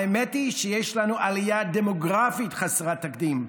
האמת שהיא שיש לנו עלייה דמוגרפית חסרת תקדים,